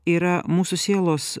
yra mūsų sielos